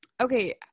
okay